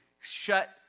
shut